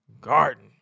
garden